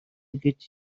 гэж